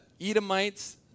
Edomites